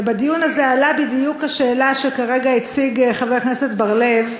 ובדיון הזה עלתה בדיוק השאלה שכרגע הציג חבר הכנסת בר-לב.